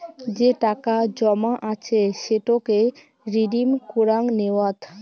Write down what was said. যে টাকা জমা আছে সেটোকে রিডিম কুরাং নেওয়াত